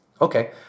Okay